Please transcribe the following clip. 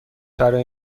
برای